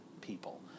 people